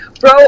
Bro